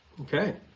Okay